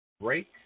break